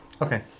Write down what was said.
Okay